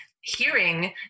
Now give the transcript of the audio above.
hearing